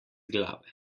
glave